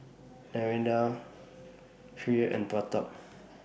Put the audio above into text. Narendra Hri and Pratap